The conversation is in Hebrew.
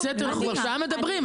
אנחנו כבר שעה מדברים.